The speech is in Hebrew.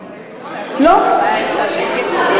את מתבלבלת,